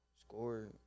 Score